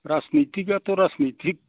राजनिथिकआथ' राजनिथिक